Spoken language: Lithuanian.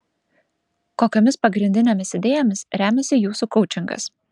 kokiomis pagrindinėmis idėjomis remiasi jūsų koučingas